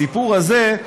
בסיפור הזה,